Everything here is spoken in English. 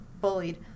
bullied